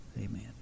Amen